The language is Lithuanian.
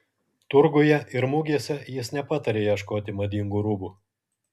turguje ir mugėse jis nepataria ieškoti madingų rūbų